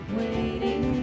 waiting